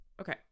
Okay